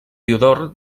diodor